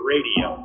Radio